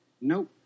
Nope